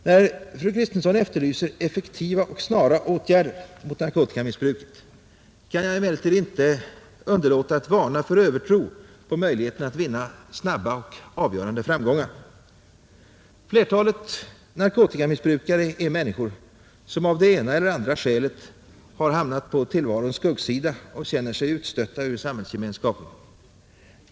När fru Kristensson efterlyser ”effektiva och snara åtgärder” mot narkotikamissbruket kan jag emellertid inte underlåta att varna för övertro på möjligheterna att vinna snabba att komma till rätta med narkotikaproblemet att komma till rätta med narkotikaproblemet och avgörande framgångar. Flertalet narkotikamissbrukare är människor som av det ena eller andra skälet har hamnat på tillvarons skuggsida och känner sig utstötta ur samhällsgemenskapen.